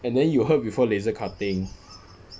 and then you heard before laser cutting